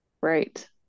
Right